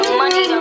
money